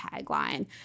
tagline